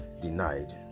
denied